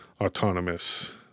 autonomous